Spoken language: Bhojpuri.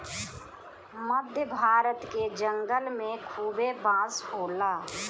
मध्य भारत के जंगल में खूबे बांस होला